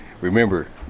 Remember